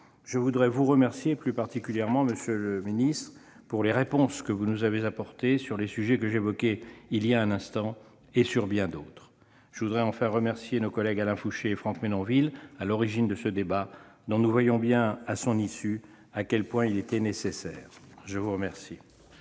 Je voudrais vous remercier plus particulièrement, monsieur le ministre, pour les réponses que vous nous avez apportées sur les sujets que j'évoquais à l'instant et sur bien d'autres. Je voudrais enfin remercier nos collègues Alain Fouché et Franck Menonville, à l'origine de ce débat dont nous voyons bien, à son issue, à quel point il était nécessaire. Nous en